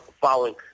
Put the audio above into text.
following